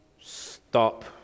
stop